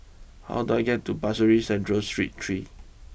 how do I get to Pasir Ris Central Street three